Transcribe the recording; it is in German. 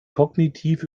kognitiv